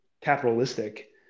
capitalistic